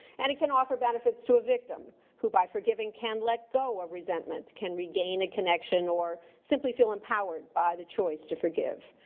and it can offer benefits to a victim, who by forgiving can let go of resentment, can regain a connection, or simply feel empowered by the choice to forgive.